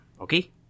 okay